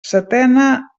setena